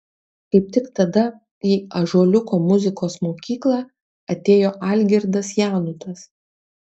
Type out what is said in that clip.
kaip tik tada į ąžuoliuko muzikos mokyklą atėjo algirdas janutas